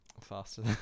faster